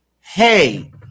hey